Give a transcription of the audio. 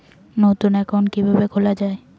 নতুন একাউন্ট কিভাবে খোলা য়ায়?